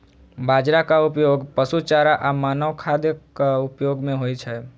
बाजराक उपयोग पशु चारा आ मानव खाद्यक रूप मे होइ छै